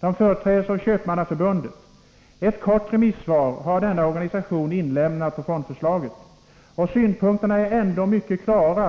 De företräds av Sveriges Köpmannaförbund, som har avgivit ett kort remissvar på löntagarfondsförslaget. Synpunkterna är dock mycket klara.